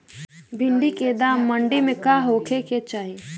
भिन्डी के दाम मंडी मे का होखे के चाही?